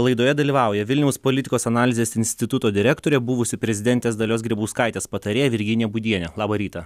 laidoje dalyvauja vilniaus politikos analizės instituto direktorė buvusi prezidentės dalios grybauskaitės patarėja virginija būdienė labą rytą